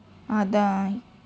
அதான்:athaan